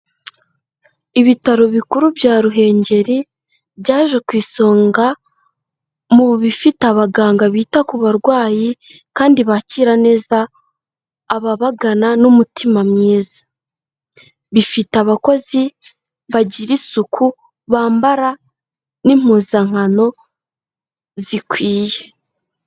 Ibitaro bikuru bya Ruhengeri byaje ku isonga mu bifite abaganga bita ku barwayi kandi bakira neza ababagana n'umutima mwiza, bifite abakozi bagira isuku, bambara n'impuzankano zikwiye.